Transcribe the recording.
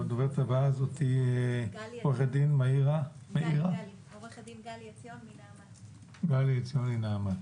עו"ד גלי עציון מנעמ"ת, בבקשה.